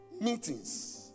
Meetings